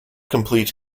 complete